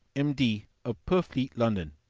m d, of purfleet, london,